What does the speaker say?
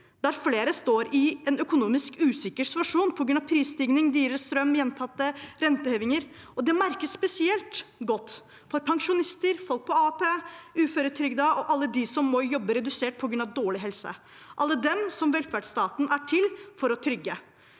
der flere står i en økonomisk usikker situasjon på grunn av prisstigning, dyrere strøm og gjentatte rentehevinger, og det merkes spesielt godt for pensjonister, folk på AAP, uføretrygdede og alle dem som må jobbe redusert på grunn av dårlig helse – alle dem som velferdsstaten er til for å trygge.